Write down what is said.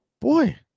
boy